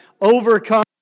overcome